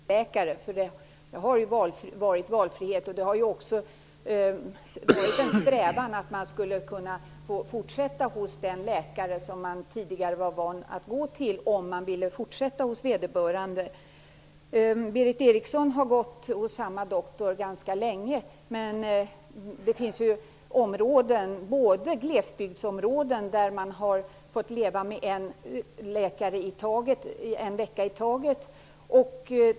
Herr talman! Det är beklagligt om det i en del landsting inte har framgått hur man väljer sin husläkare. Det har ju funnits valfrihet och varit en strävan att låta folk fortsätta hos den läkare som man är van att gå till, om man nu vill fortsätta hos vederbörande. Berith Eriksson har gått hos samma doktor ganska länge. Men det finns ju områden, t.ex. glesbygdsområden, där man har haft läkare en vecka i taget.